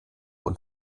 und